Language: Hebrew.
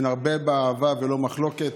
ונרבה בה אהבה ולא מחלוקת,